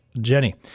Jenny